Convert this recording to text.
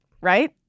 right